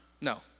no